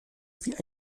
wie